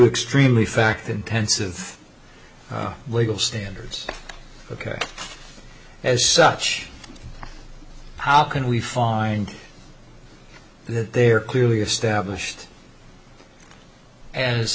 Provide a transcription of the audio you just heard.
extremely fact intensive legal standards ok as such how can we find that they are clearly established as